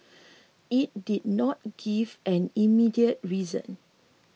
it did not give an immediate reason